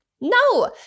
No